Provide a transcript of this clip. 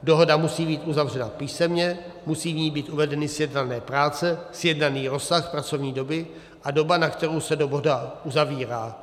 Dohoda musí být uzavřena písemně, musí v ní být uvedeny sjednané práce, sjednaný rozsah pracovní doby a doba, na kterou se dohoda uzavírá.